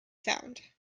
found